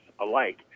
alike